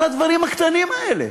על הדברים הקטנים האלה.